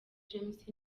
james